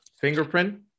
fingerprint